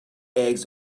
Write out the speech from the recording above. eggs